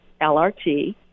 LRT